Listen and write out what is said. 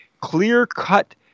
clear-cut